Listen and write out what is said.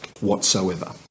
whatsoever